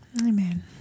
Amen